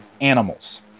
animals